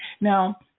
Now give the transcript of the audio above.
Now